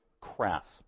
crass